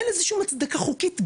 אין לזה שום הצדקה חוקית בכלל,